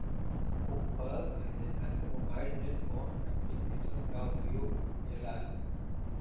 उपकरण खरीदे खाते मोबाइल में कौन ऐप्लिकेशन का उपयोग होखेला?